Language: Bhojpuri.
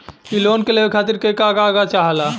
इ लोन के लेवे खातीर के का का चाहा ला?